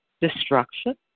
destruction